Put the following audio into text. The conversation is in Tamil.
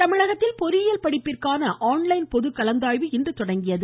பொறியியல் தமிழகத்தில் பொறியியல் படிப்பிற்கான ஆன்லைன் பொதுகலந்தாய்வு இன்று தொடங்கியது